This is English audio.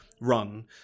run